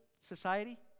society